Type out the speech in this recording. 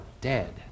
dead